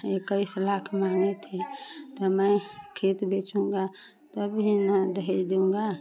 इक्कीस लाख माँगे थे तो मैं तो खेत बेचूँगा तब ही न दहेज दूँगा